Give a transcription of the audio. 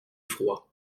froid